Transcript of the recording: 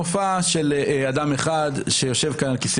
מופע של אדם אחד שיושב כאן על כיסא